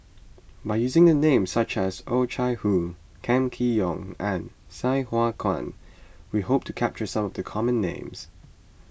by using names such as Oh Chai Hoo Kam Kee Yong and Sai Hua Kuan we hope to capture some of the common names